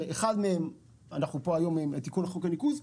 שבמסגרת אחד מהם אנחנו נמצאים פה בתיקון לחוק הניקוז.